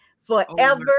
forever